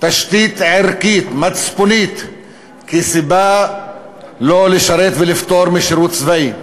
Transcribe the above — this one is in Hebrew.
בתשתית ערכית מצפונית כסיבה שלא לשרת ולפטור משירות צבאי.